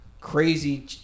crazy